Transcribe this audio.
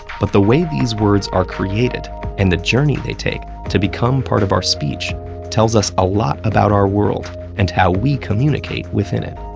but the way these words are created and the journey they take to become part of our speech tells us a lot about our world and how we communicate within it.